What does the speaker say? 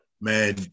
man